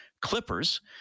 Clippers